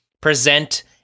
present